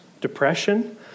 depression